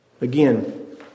again